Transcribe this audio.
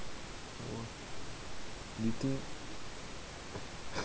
!wah! you think